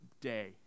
day